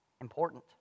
Important